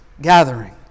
gathering